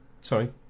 Sorry